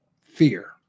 fear